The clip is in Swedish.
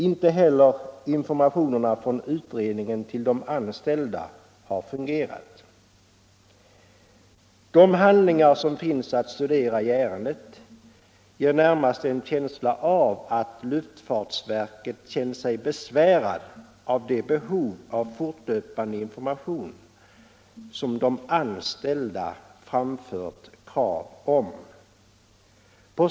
Inte heller informationen från utredningen till de anställda har Nr 27 fungerat. De handlingar som finns att studera i ärendet ger närmast en Torsdagen den känsla av att luftfartsverket känt sig besvärat av det behov av fortlöpande 27 februari 1975 information som de anställda framfört krav på.